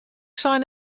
sein